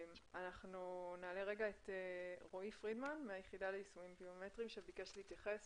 נעלה את רועי פרידמן מהיחידה ליישומים ביומטריים שביקש להתייחס.